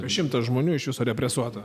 šimtas žmonių iš viso represuota